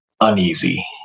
uneasy